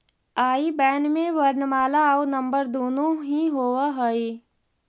आई बैन में वर्णमाला आउ नंबर दुनो ही होवऽ हइ